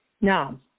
Now